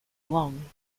along